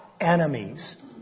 enemies